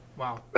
Wow